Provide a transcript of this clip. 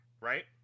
right